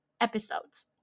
episodes